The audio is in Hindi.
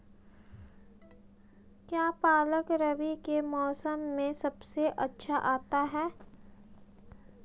क्या पालक रबी के मौसम में सबसे अच्छा आता है?